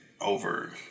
over